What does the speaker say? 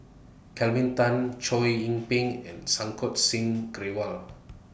Kelvin Tan Chow Yian Ping and Santokh Singh Grewal